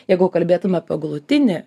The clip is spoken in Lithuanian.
jeigu kalbėtume apie galutinį